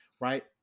Right